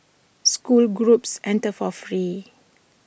school groups enter for free